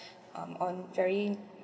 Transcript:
um on very